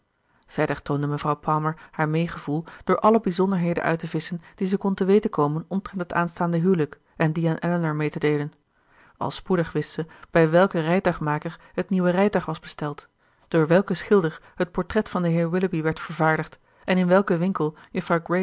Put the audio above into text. verder toonde mevrouw palmer haar meegevoel door alle bijzonderheden uit te visschen die ze kon te weten komen omtrent het aanstaande huwelijk en die aan elinor mee te deelen al spoedig wist ze bij welken rijtuigmaker het nieuwe rijtuig was besteld door welken schilder het portret van den heer willoughby werd vervaardigd en in welken winkel